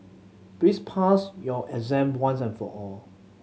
please pass your exam once and for all